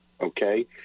Okay